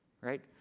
right